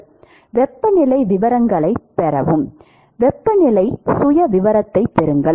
மாணவர் வெப்பநிலை விவரங்களைப் பெறவும் வெப்பநிலை சுயவிவரத்தைப் பெறுங்கள்